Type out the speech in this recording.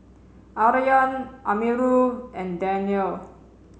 Aryan Amirul and Daniel